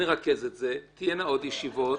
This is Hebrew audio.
נרכז את זה, תהיינה עוד ישיבות.